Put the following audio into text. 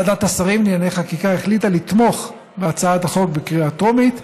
ועדת השרים לענייני חקיקה החליטה לתמוך בהצעת החוק בקריאה טרומית,